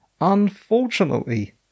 Unfortunately